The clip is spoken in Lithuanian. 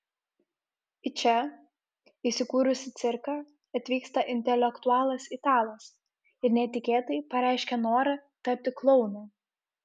į čia įsikūrusį cirką atvyksta intelektualas italas ir netikėtai pareiškia norą tapti klounu